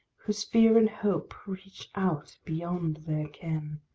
whose fear and hope reach out beyond their ken.